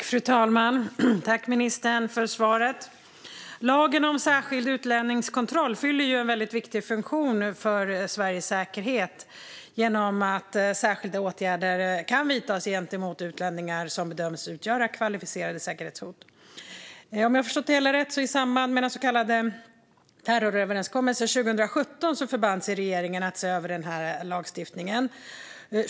Fru talman! Tack, ministern, för svaret! Lagen om särskild utlänningskontroll fyller en viktig funktion för Sveriges säkerhet genom att särskilda åtgärder kan vidtas gentemot utlänningar som bedöms utgöra kvalificerade säkerhetshot. Om jag har förstått det hela rätt förband sig regeringen i samband med den så kallade terroröverenskommelsen 2017 att se över lagstiftningen.